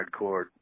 Hardcore